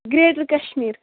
greater Kashmir